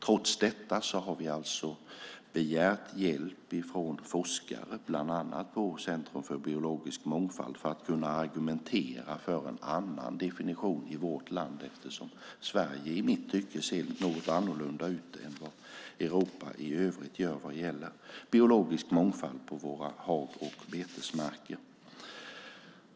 Trots detta har vi begärt hjälp från forskare, bland annat på Centrum för biologisk mångfald, för att kunna argumentera för en annan definition i vårt land eftersom Sverige ser något annorlunda ut än vad Europa i övrigt gör vad gäller biologisk mångfald på våra hag och betesmarker.